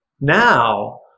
now